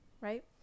right